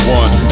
one